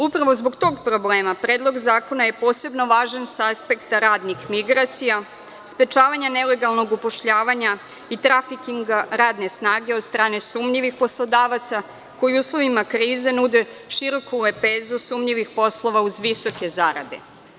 Upravo zbog tog problema, Predlog zakona je posebno važan sa aspekta radnih migracija, sprečavanja nelegalnog upošljavanja i trafikinga radne snage od strane sumnjivih poslodavaca, koji u uslovima krize nude široku lepezu sumnjivih poslova uz visoke zarade.